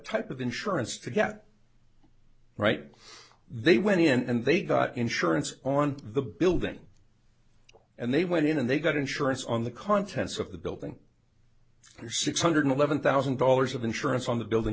type of insurance to get right they went in and they got insurance on the building and they went in and they got insurance on the contents of the building six hundred eleven thousand dollars of insurance on the building